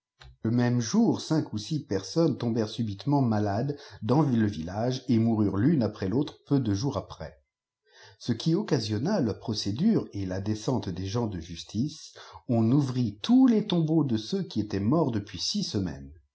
le même jour cinq ou six personnes tombèrent subitement malades dans le village et moururent tune après l'autre peu de jours après ce qui occasiona la procédure et la descente dîes gens de justice on ouvrit tous les tombeaux de ceux qui étaient morts depuis six semaines